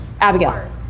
Abigail